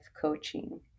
Coaching